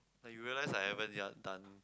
like you realise I haven't ya done